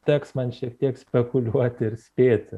teks man šiek tiek spekuliuoti ir spėti